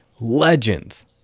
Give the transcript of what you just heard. legends